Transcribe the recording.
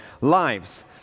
lives